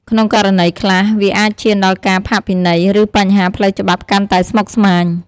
ក្នុងករណីខ្លះ វាអាចឈានដល់ការផាកពិន័យ ឬបញ្ហាផ្លូវច្បាប់កាន់តែស្មុគស្មាញ។